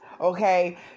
okay